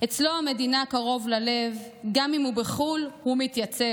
/ אצלו המדינה קרוב ללב / גם אם הוא בחו"ל הוא מתייצב.